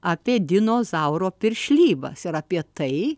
apie dinozauro piršlybas ir apie tai